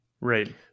right